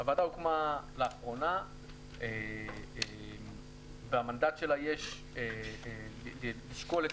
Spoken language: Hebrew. הוועדה הוקמה לאחרונה ובמנדט יש לשקול את